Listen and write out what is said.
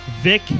Vic